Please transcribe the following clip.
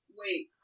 wait